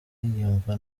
yumva